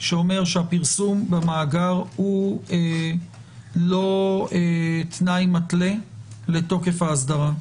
שאומר שהפרסום במאגר אינו תנאי מתלה לתןקף האסדרה.